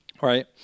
right